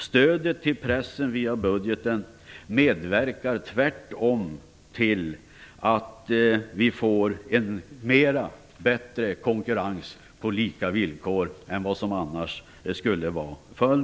Stödet till pressen via budgeten medverkar tvärtom till att vi får en bättre konkurrens, mera på lika villkor än vad som annars skulle vara fallet.